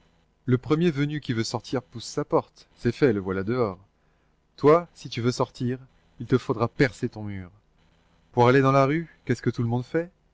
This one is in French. le premier venu qui veut sortir pousse sa porte c'est fait le voilà dehors toi si tu veux sortir il te faudra percer ton mur pour aller dans la rue qu'est-ce que tout le monde fait